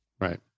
Right